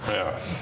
yes